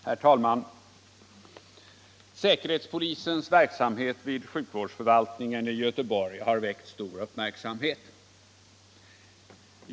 Herr talman! Säkerhetspolisens verksamhet vid sjukvårdsförvaltningen i Göteborg har väckt stor uppmärksamhet.